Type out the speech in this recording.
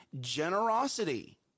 Generosity